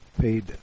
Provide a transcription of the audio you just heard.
paid